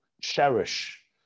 cherish